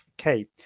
Okay